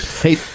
Hey